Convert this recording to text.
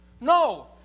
No